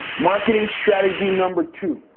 marketing strategy number two.